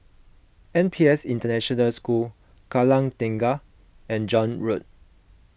N P S International School Kallang Tengah and John Road